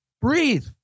Breathe